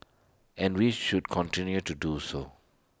and we should continue to do so